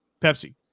Pepsi